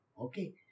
Okay